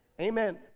Amen